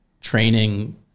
training